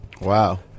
Wow